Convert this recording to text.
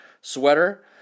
sweater